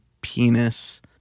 penis